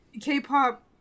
K-pop